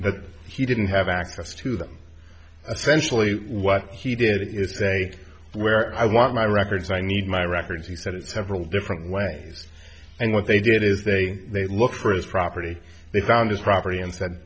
that he didn't have access to them essentially what he did it is say where i want my records i need my records he said it several different ways and what they did is they they look for his property they found his property and said